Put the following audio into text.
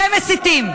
אתם מסיתים.